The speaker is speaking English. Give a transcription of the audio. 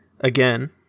Again